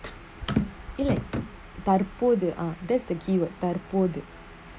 தற்போது:tharpodhu that's the deal that தற்போது:tharpodhu